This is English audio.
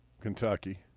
Kentucky